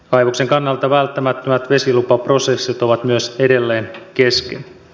kaivoksen kannalta välttämättömät vesilupaprosessit ovat myös edelleen kesken